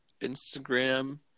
Instagram